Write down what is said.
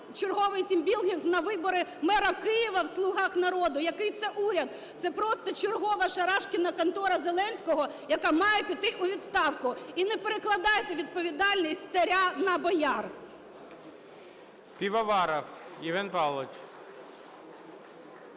черговий team building на вибори мера Києва в "слугах народу". Який це уряд? Це просто чергова "шарашкіна контора" Зеленського, яка має піти у відставку. І не перекладайте відповідальність з царя на бояр.